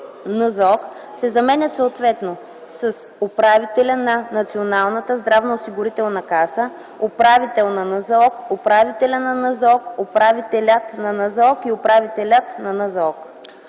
НЗОК” се заменят съответно с „управителя на Националната здравноосигурителна каса”, „управител на НЗОК”, „управителя на НЗОК”, „Управителят на НЗОК” и „управителят на НЗОК”.”